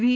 V